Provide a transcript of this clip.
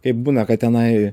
kaip būna kad tenai